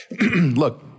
Look